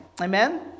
Amen